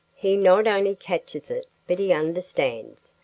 he not only catches it, but he understands,